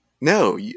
No